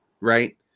right